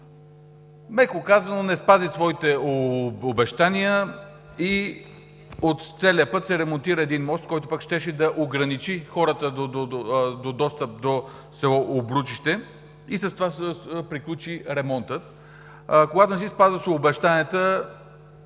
меко казано, не спази своите обещания и от целия път се ремонтира един мост, който щеше да ограничи хората от достъп до село Обручище и с това се приключи ремонтът. Когато не си спази обещанията,